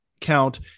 count